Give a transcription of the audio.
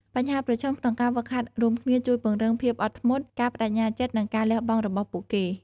បញ្ហាប្រឈមក្នុងការហ្វឹកហាត់រួមគ្នាជួយពង្រឹងភាពអត់ធ្មត់ ការប្តេជ្ញាចិត្ត និងការលះបង់របស់ពួកគេ។